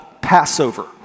Passover